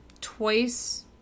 twice